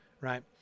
right